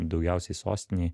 daugiausiai sostinėj